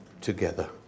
together